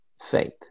faith